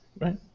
right